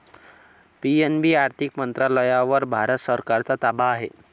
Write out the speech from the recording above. PNB आर्थिक मंत्रालयावर भारत सरकारचा ताबा आहे